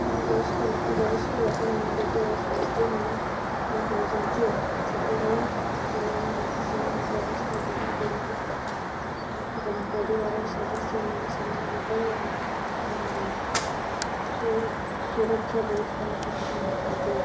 ବୟସ୍କ ବୟସ୍କ ଲୋକମାନେ ଯେତେବେଳେ ସ୍ୱାସ୍ଥ୍ୟହୀନ ହେଇଯାଆନ୍ତି ସେତେବେଳେ ସେମାନ ସେମାନଙ୍କ ଅବସ୍ଥା ବହୁତ ଦୂରକୁ ଯାଇଥାଏ ଏବଂ ପରିବାର ସଦସ୍ୟ ମାନେ ସେମାନଙ୍କର ସୁରକ୍ଷା ବହୁତ ଭଲ ଭାବରେ ନେଇଥାନ୍ତି